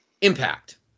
Impact